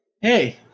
hey